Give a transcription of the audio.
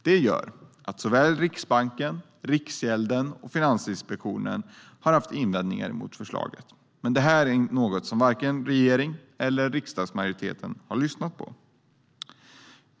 Det har gjort att såväl Riksbanken som Riksgälden och Finansinspektionen har haft invändningar mot förslaget, men dem har varken regeringen eller riksdagsmajoriteten lyssnat på.